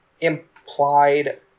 implied